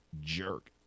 jerk